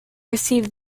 received